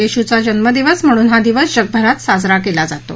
येशूचा जन्मदिवस म्हणून हा दिवस जगभरात साजरा केला जातो